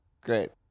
great